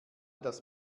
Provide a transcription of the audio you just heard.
das